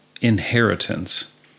inheritance